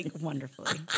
wonderfully